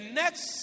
next